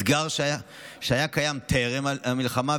אתגר שהיה קיים טרם המלחמה,